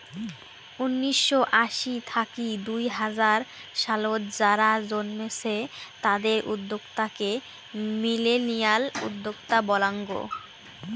উনিসশো আশি থাকি দুই হাজার সালত যারা জন্মেছে তাদের উদ্যোক্তা কে মিলেনিয়াল উদ্যোক্তা বলাঙ্গ